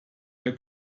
der